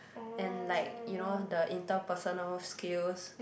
and like you know the interpersonal skills